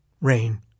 rain